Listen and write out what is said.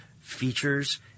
features